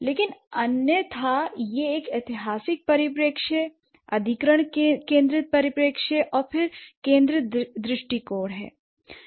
लेकिन अन्यथा यह एक ऐतिहासिक परिप्रेक्ष्य अधिग्रहण केंद्रित परिप्रेक्ष्य और फिर केंद्रित दृष्टिकोण है